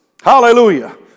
Hallelujah